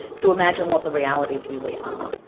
to imagine what the realities really are.